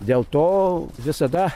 dėl to visada